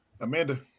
Amanda